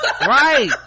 Right